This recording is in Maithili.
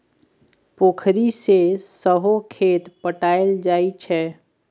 पोखरि सँ सहो खेत पटाएल जाइ छै